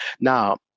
Now